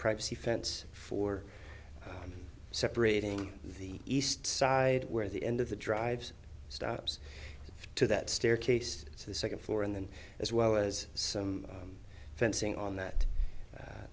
privacy fence for separating the east side where the end of the drives steps to that staircase to the second floor and then as well as some fencing on that